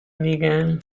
میگم